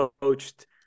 coached